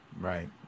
Right